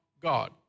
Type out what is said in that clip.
God